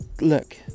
look